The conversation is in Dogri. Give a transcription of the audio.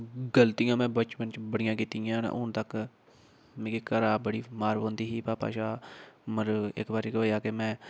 गलतियां में बचपन च बड़ियां कीती दियां न हून तक मिगी घरा बड़ी मार पौंदी ही पापा शा मगर इक बारी केह् होएआ कि में